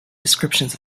descriptions